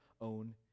own